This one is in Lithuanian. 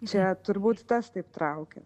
čia turbūt tas taip traukia